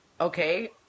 Okay